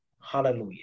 Hallelujah